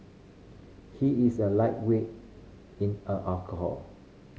he is a lightweight in are alcohol